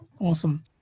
awesome